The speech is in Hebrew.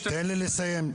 --- תן לי לסיים.